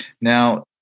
Now